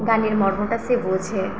গানের মর্মটা সে বোঝে